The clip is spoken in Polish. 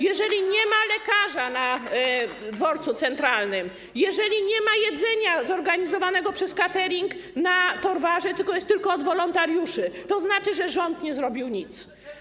Jeżeli nie ma lekarza na Dworcu Centralnym, jeżeli nie ma jedzenia zorganizowanego przez katering na Torwarze, jest tylko od wolontariuszy, to znaczy, że rząd nie zrobił nic.